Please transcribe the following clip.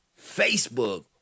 Facebook